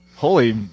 Holy